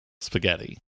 spaghetti